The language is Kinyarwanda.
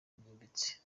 byimbitse